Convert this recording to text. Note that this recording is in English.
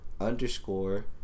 underscore